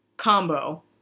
Combo